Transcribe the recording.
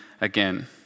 again